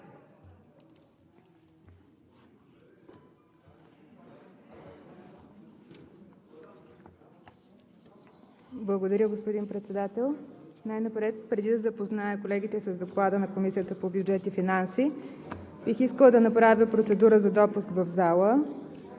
Благодаря, господин Председател. Преди да запозная колегите с Доклада на Комисията по бюджет и финанси, правя процедура за допуск в залата